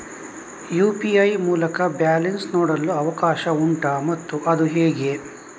UPI ಮೂಲಕ balance ನೋಡಲು ಅವಕಾಶ ಉಂಟಾ ಮತ್ತು ಅದು ಹೇಗೆ?